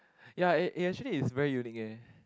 ya eh actually is very unique eh